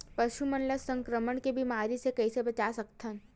पशु मन ला संक्रमण के बीमारी से कइसे बचा सकथन?